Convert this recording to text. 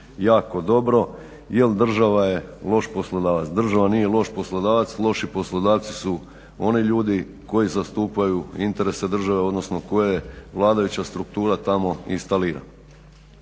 jako dobro, jel država je loš poslodavac, država nije loš poslodavac loši poslodavci su oni ljudi koji zastupaju interese države, odnosno koje vladajuća struktura tamo instalira.